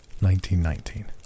1919